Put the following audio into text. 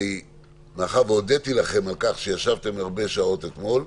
מאחר והודיתי לכם על כך שישבתם שעות רבות אתמול,